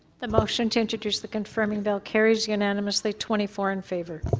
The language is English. the motion to introduce the confirming vote carres unanimously twenty four in favor.